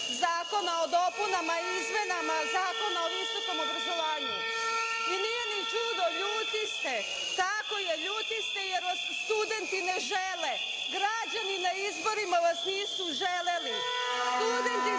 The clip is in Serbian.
zakona o izmenama i dopunama Zakona o visokom obrazovanju. Nije ni čudo, ljuti ste. Tako je, ljuti ste jer vas studenti ne žele, građani na izborima vas nisu želeli, studenti